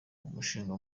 umushinga